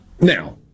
Now